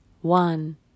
one